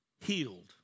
healed